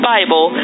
Bible